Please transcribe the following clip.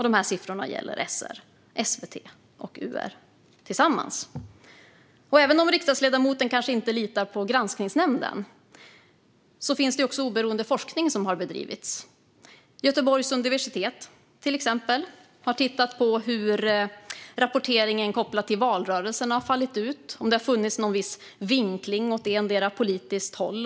Dessa siffror gäller SR, SVT och UR tillsammans. Även om riksdagsledamoten kanske inte litar på Granskningsnämnden finns det också oberoende forskning som har bedrivits. Till exempel Göteborgs universitet har tittat på hur rapporteringen kopplad till valrörelserna har fallit ut och om det har funnits någon viss vinkling åt endera politiskt håll.